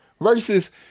versus